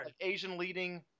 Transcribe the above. Asian-leading